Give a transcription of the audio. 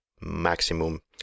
maximum